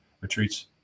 retreats